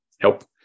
help